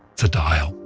it's a dial,